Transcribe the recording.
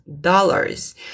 dollars